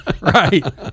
Right